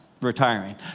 Retiring